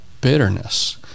bitterness